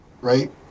right